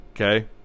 Okay